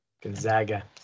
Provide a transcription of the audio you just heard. Gonzaga